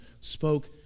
spoke